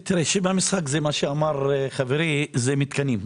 תראה, שם המשחק זה מה שאמר חברי, זה מתקנים.